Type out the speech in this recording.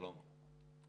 שלמה,